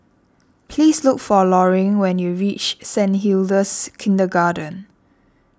please look for Loring when you reach Saint Hilda's Kindergarten